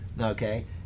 okay